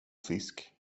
fisk